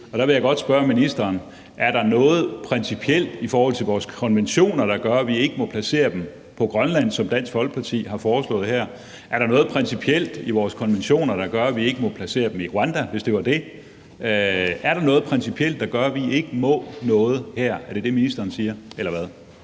Der vil jeg godt spørge ministeren: Er der noget principielt i forhold til vores konventioner, der gør, at vi ikke må placere dem i Grønland, som Dansk Folkeparti har foreslået her? Er der noget principielt i vores konventioner, der gør, at vi ikke må placere dem i Rwanda, hvis det var det? Er der noget principielt, der gør, at vi her ikke må noget? Er det det, ministeren siger, eller hvad?